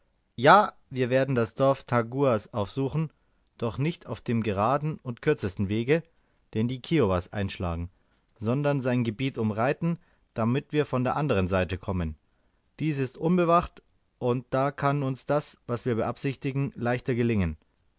ja wir werden das dorf tanguas aufsuchen doch nicht auf dem geraden und kürzesten wege den die kiowas einschlagen sondern sein gebiet umreiten damit wir von der anderen seite kommen diese ist unbewacht und da kann uns das was wir beabsichtigen leichter gelingen